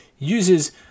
uses